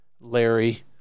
larry